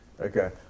Okay